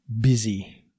busy